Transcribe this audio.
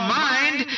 mind